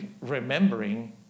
remembering